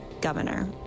governor